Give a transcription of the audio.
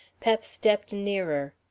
pep stepped nearer.